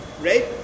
right